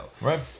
Right